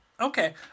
Okay